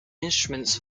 instruments